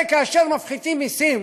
הרי כאשר מפחיתים מסים